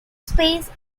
space